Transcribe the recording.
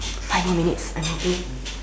five more minutes I'm hoping